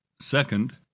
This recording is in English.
Second